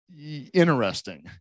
interesting